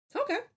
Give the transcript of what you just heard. Okay